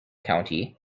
county